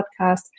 podcast